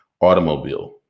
automobile